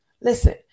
Listen